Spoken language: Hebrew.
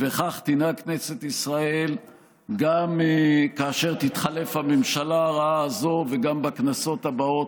וכך תנהג כנסת ישראל גם כאשר תתחלף הממשלה הרעה הזו וגם בכנסות הבאות,